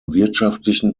wirtschaftlichen